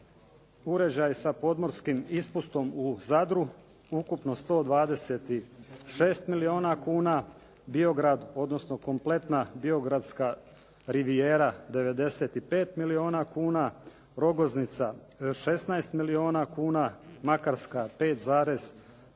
uređaj sa podmorskim ispustom u Zadru ukupno 126 milijuna kuna, Biograd, odnosno kompletna Biogradska rivijera 95 milijuna kuna, Rogoznica 16 milijuna kuna, Makarska 5,3 milijuna